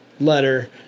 letter